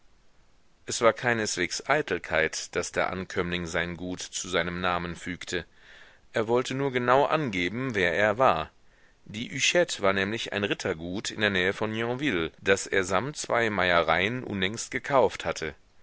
es war keineswegs eitelkeit daß der ankömmling sein gut zu seinem namen fügte er wollte nur genau angeben wer er war die hüchette war nämlich ein rittergut in der nähe von yonville das er samt zwei meiereien unlängst gekauft hatte